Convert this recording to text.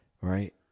Right